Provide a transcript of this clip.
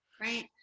right